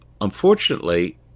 unfortunately